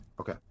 Okay